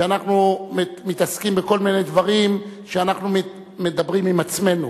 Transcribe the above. שאנחנו מתעסקים בכל מיני דברים שאנחנו מדברים עם עצמנו.